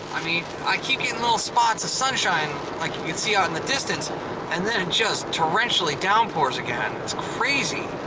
i mean i keep getting and little spots of sunshine like you can see out in the distance and then it just torrentially down pours again. it's crazy.